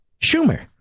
Schumer